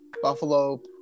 Buffalo